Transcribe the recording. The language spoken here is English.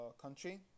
country